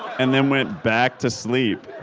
and then went back to sleep.